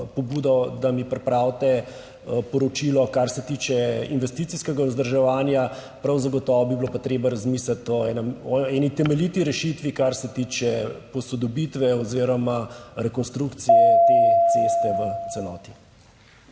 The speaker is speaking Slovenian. da mi pripravite poročilo, kar se tiče investicijskega vzdrževanja. Prav zagotovo bi bilo pa treba razmisliti tudi o eni temeljiti rešitvi, kar se tiče posodobitve oziroma rekonstrukcije te ceste v celoti.